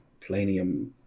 planium